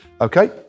Okay